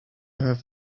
have